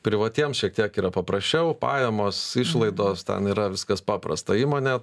privatiems šiek tiek yra paprasčiau pajamos išlaidos ten yra viskas paprasta įmonė